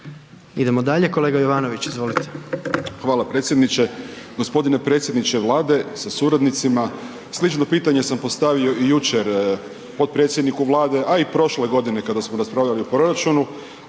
Idemo dalje, kolega Jovanović, izvolite. **Jovanović, Željko (SDP)** Hvala predsjedniče. g. Predsjedniče Vlade sa suradnicima, slično pitanje sam postavio i jučer potpredsjedniku Vlade, a i prošle godine kada smo raspravljali o proračunu,